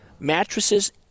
Mattresses